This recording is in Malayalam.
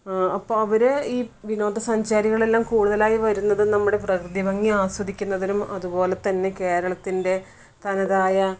അപ്പോൾ അവർ ഈ വിനോദസഞ്ചാരികൾ എല്ലാം കൂടുതലായി വരുന്നത് നമ്മുടെ പ്രകൃതി ഭംഗി ആസ്വദിക്കുന്നതിനും അതുപോലെ തന്നെ കേരളത്തിൻ്റെ തനതായ